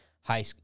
high